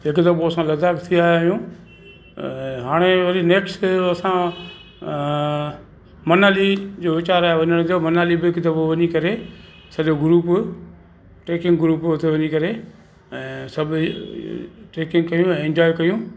हिक दफ़ो असां लद्दाख थी आया आहियूं ऐं हाणे वरी नेक्स्ट ट्रिप असां मनाली जो वीचार आहे वञण जो मनाली बि हिक दफ़ो वञी करे सॼो ग्रुप ट्रेकिंग ग्रुप उते वञी करे ऐं सभु हीअ ट्रेकिंग कयूं इंजॉय कयूं